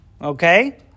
Okay